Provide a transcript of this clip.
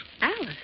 Alice